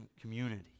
community